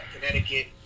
Connecticut